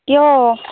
কিয়